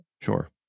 Sure